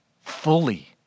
fully